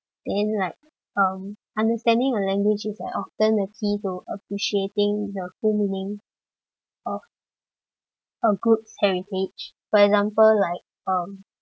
then like um understanding a language is like often the key to appreciating the full meaning of a group's heritage for example like um